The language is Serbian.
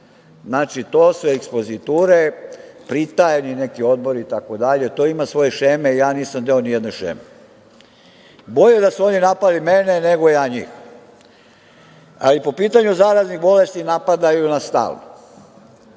znači to su ekspoziture, pritajeni neki odbori itd, to ima svoje šeme. Ja nisam deo ni jedne šeme. Bolje da su oni napali mene, nego ja njih. Ali, po pitanju zaraznih bolesti napadaju nas stalno.